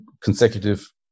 consecutive